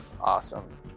Awesome